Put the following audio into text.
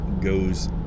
goes